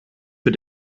für